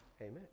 amen